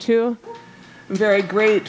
to very great